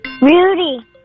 Rudy